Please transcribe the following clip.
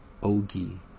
Ogi